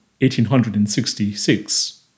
1866